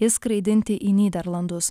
išskraidinti į nyderlandus